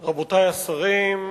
תודה רבה, רבותי השרים,